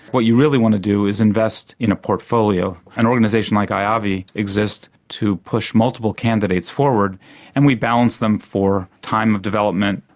what you really want to do is invest in a portfolio. an organisation like iavi exists to push multiple candidates forward and we balance them for time of development,